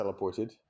teleported